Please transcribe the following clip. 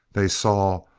they saw,